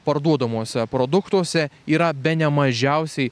parduodamuose produktuose yra bene mažiausiai